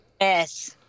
Yes